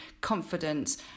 confidence